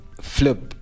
flip